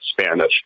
Spanish